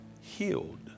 healed